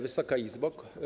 Wysoka Izbo!